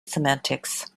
semantics